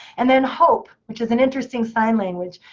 and then hope, which is an interesting sign language.